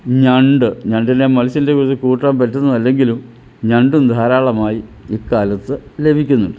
ഞണ്ട് ഞണ്ടിനെ മത്സ്യത്തിൻ്റെ വിധത്തിൽ കൂട്ടാൻ പറ്റുന്നതല്ലെങ്കിലും ഞണ്ടും ധാരാളമായി ഇക്കാലത്ത് ലഭിക്കുന്നുണ്ട്